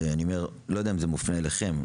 ואני לא יודע אם היא מופנית אליכם,